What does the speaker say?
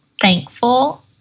thankful